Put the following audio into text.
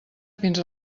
fins